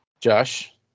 Josh